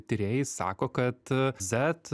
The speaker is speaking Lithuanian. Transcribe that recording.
tyrėjai sako kad zet